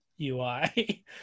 UI